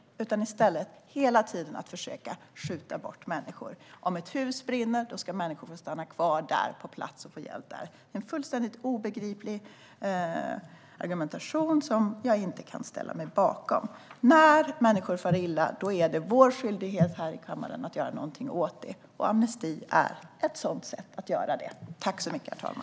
Deras politik går i stället ut på att hela tiden försöka att skjuta bort människor. Om ett hus brinner ska människor få stanna kvar på plats och få hjälp där. Det är en fullständigt obegriplig argumentation som jag inte kan ställa mig bakom. När människor far illa är det vår skyldighet här i kammaren att göra någonting åt det, och amnesti är ett sätt att göra detta.